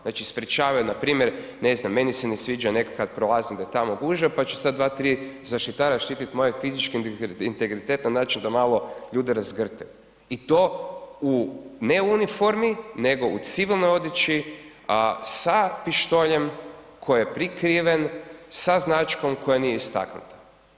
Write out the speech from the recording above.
Znači sprječavaju npr., ne znam, meni se ne sviđa nekad kad prolazim da je tamo gužva pa će sad 2, 3 zaštitara štititi moj fizički integritet na način da malo ljude razgrte i to ne u uniformi nego u civilnoj odjeći a sa pištoljem koji je prikriven, sa značkom koja nije istaknuta.